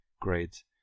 great